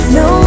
no